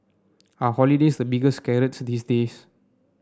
are holidays the biggest carrots these days